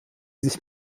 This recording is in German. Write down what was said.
sich